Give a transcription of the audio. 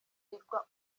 yagirwa